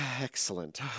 Excellent